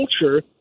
culture